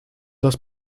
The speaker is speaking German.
das